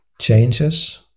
changes